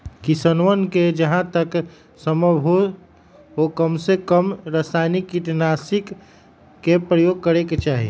किसनवन के जहां तक संभव हो कमसेकम रसायनिक कीटनाशी के प्रयोग करे के चाहि